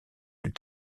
plus